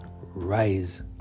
rise